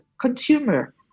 Consumer